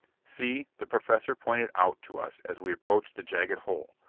see, the professor pointed out to us as we approached the jagged hole,